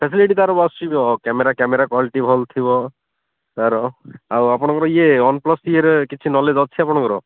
facility ତା'ର camera camera quality ଭଲ ଥିବ ତା'ର ଆଉ ଆପଣଙ୍କର ଇଏ ୱାନ୍ ପ୍ଲସ୍ ଇଏରେ କିଛି ନଲେଜ୍ ଅଛି ଆପଣଙ୍କର